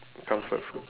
comfort food